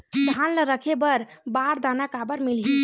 धान ल रखे बर बारदाना काबर मिलही?